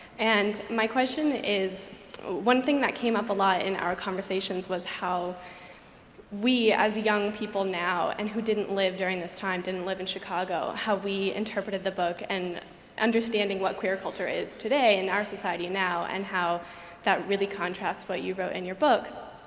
and my question is one thing that came up a lot in our conversations was how we, as young people now and who didn't live during this time, didn't live in chicago, how we interpreted the book and understanding what queer culture is today in our society now and how that really contrasts what you wrote in your book.